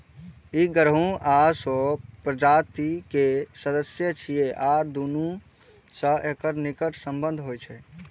ई गहूम आ जौ प्रजाति के सदस्य छियै आ दुनू सं एकर निकट संबंध होइ छै